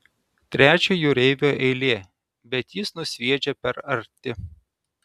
trečio jūreivio eilė bet jis nusviedžia per arti